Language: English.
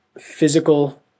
physical